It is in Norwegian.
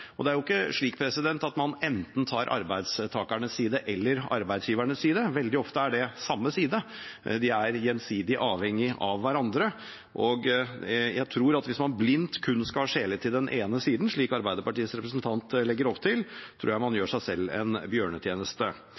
og arbeidsgivere. Det er ikke slik at man enten tar arbeidstakernes eller arbeidsgivernes side. Veldig ofte er det samme side; de er gjensidig avhengig av hverandre. Hvis man kun skal skjele blindt til den ene siden, slik Arbeiderpartiets representant legger opp til, tror jeg man gjør seg selv en bjørnetjeneste.